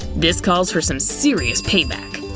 this calls for some serious payback.